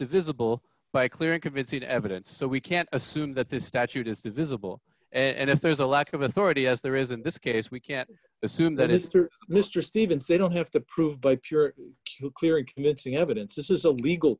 divisible by clear and convincing evidence so we can't assume that this statute is divisible and if there's a lack of authority as there isn't this case we can't assume that it's true mr stevens they don't have to prove by pure clear and convincing evidence this is a legal